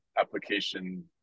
application